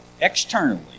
externally